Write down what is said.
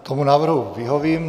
Tomu návrhu vyhovím.